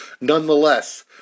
Nonetheless